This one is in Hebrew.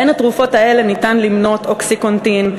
בין התרופות האלה ניתן למנות "אוקסיקונטין",